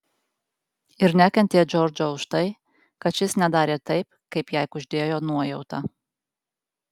ir nekentė džordžo už tai kad šis nedarė taip kaip jai kuždėjo nuojauta